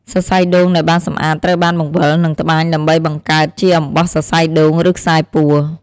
សរសៃដូងដែលបានសម្អាតត្រូវបាន បង្វិល និងត្បាញ ដើម្បីបង្កើតជាអំបោះសរសៃដូង ឬខ្សែពួរ។